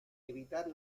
evitar